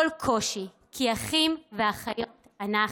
כל קושי, כי אחים ואחיות אנחנו.